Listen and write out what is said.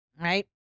Right